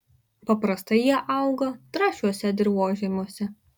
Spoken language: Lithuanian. paprastai jie auga trąšiuose dirvožemiuose